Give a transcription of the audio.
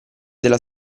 della